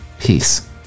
peace